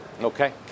Okay